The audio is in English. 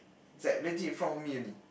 it's like legit in front of me only